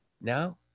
Now